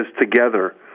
together